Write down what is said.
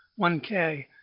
1K